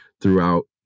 throughout